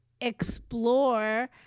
explore